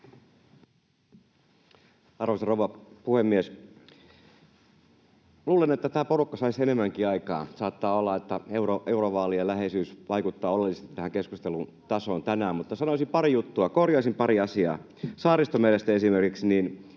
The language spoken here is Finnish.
Arvoisa rouva puhemies! Luulen, että tämä porukka saisi enemmänkin aikaan. Saattaa olla, että eurovaalien läheisyys vaikuttaa oleellisesti tähän keskustelun tasoon tänään. Mutta sanoisin pari juttua, korjaisin pari asiaa. Esimerkiksi